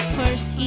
first